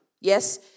Yes